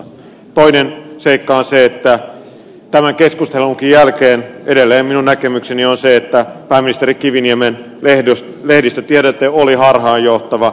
toinen seikka on se että tämän keskustelunkin jälkeen edelleen minun näkemykseni on se että pääministeri kiviniemen lehdistötiedote oli harhaanjohtava